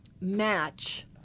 match